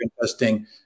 testing